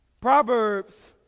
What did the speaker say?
Proverbs